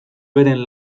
beren